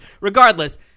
regardless